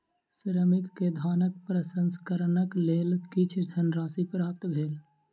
श्रमिक के धानक प्रसंस्करणक लेल किछ धनराशि प्राप्त भेल